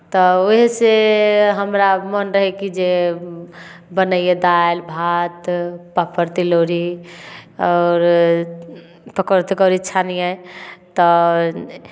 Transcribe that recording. तऽ ओहीसँ हमरा मोन रहय कि जे बनैए दालि भात पापड़ तिलौरी आओर पकौड़ी तकौड़ी छानियै तऽ